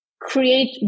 create